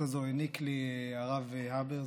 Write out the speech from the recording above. העניק לי הרב הבר,